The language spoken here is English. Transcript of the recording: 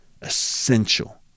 essential